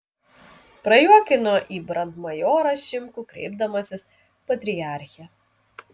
prajuokino į brandmajorą šimkų kreipdamasis patriarche